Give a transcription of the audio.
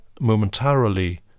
momentarily